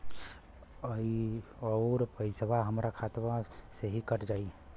अउर पइसवा हमरा खतवे से ही कट जाई?